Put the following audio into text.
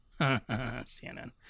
CNN